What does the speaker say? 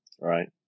Right